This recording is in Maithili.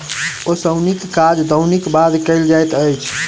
ओसौनीक काज दौनीक बाद कयल जाइत अछि